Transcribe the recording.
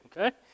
Okay